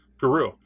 guru